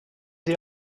the